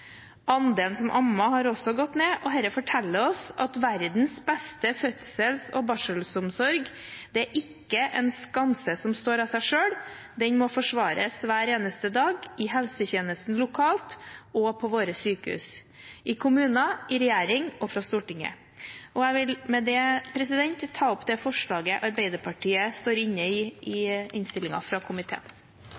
Andelen som ammer har også gått ned, og dette forteller oss at verdens beste fødsels- og barselomsorg ikke er en skanse som står av seg selv, den må forsvares hver eneste dag i helsetjenesten lokalt og på våre sykehus, i kommuner, i regjering og fra Stortinget. Jeg vil med det ta opp det forslaget Arbeiderpartiet står inne i i